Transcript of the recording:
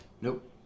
Nope